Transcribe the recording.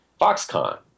Foxconn